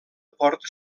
porta